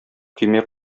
көймә